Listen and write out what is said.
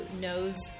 knows